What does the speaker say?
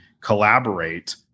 collaborate